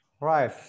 Right